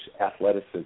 athleticism